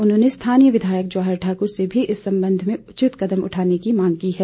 उन्होंने स्थानीय विधायक जवाहर ठाकुर से भी इस संबंध में उचित कदम उठाने की मांग की है